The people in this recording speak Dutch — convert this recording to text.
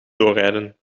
doorrijden